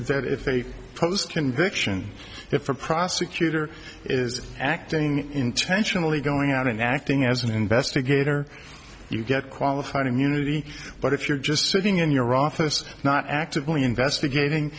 post conviction if a prosecutor is acting intentionally going out and acting as an investigator you get qualified immunity but if you're just sitting in your office not actively investigating